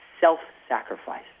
self-sacrifice